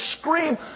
scream